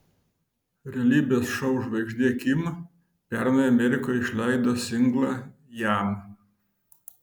realybės šou žvaigždė kim pernai amerikoje išleido singlą jam